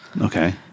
Okay